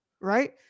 right